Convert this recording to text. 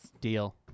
Deal